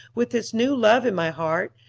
with this new love in my heart,